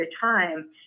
time